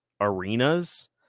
arenas